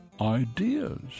ideas